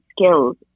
skills